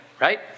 right